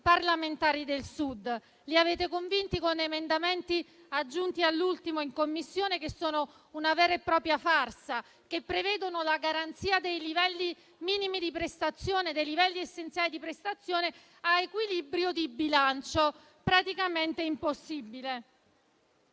parlamentari del Sud, che avete convinto con emendamenti aggiunti all'ultimo in Commissione, che sono una vera e propria farsa e che prevedono la garanzia dei livelli essenziali delle prestazioni a equilibrio di bilancio, cosa praticamente impossibile.